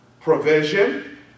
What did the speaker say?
provision